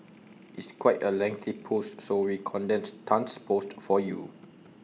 it's quite A lengthy post so we condensed Tan's post for you